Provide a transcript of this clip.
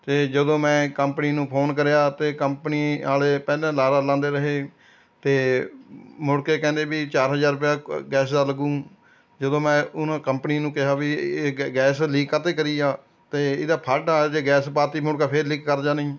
ਅਤੇ ਜਦੋਂ ਮੈਂ ਕੰਪਨੀ ਨੂੰ ਫ਼ੋਨ ਕਰਿਆ ਤਾਂ ਕੰਪਨੀ ਵਾਲੇ ਪਹਿਲਾਂ ਲਾਰਾ ਲਾਉਂਦੇ ਰਹੇ ਅਤੇ ਮੁੜ ਕੇ ਕਹਿੰਦੇ ਵੀ ਚਾਰ ਹਜ਼ਾਰ ਰੁਪਇਆ ਗੈਸ ਦਾ ਲੱਗੂ ਜਦੋਂ ਮੈਂ ਉਹਨਾਂ ਕੰਪਨੀ ਨੂੰ ਕਿਹਾ ਵੀ ਇਹ ਗ ਗੈਸ ਲੀਕ ਕਾਹਤੇ ਕਰੀ ਆ ਅਤੇ ਇਹਦਾ ਫਲਟ ਆ ਜੇ ਗੈਸ ਪਾਤੀ ਮੁੜਕੇ ਫਿਰ ਲੀਕ ਕਰ ਜਾਣੀ